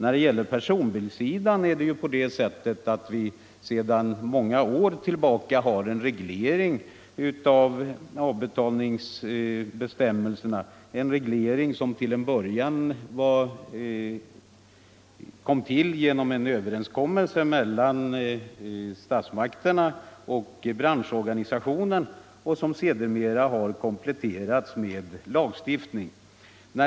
När det gäller personbilssidan har vi sedan många år tillbaka en reglering av avbetalningsvillkoren — en reglering som till en början kom till genom en överenskommelse mellan statsmakterna och branschorganisationen och som sedermera har kompletterats med lagstiftning.